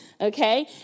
okay